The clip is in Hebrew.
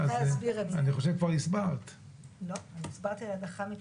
להיות שאחרי שהגענו להסכמה על דבר כל כך